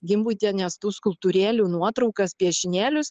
gimbutienės tų skulptūrėlių nuotraukas piešinėlius